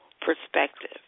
perspective